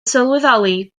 sylweddoli